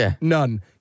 none